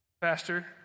Pastor